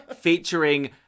Featuring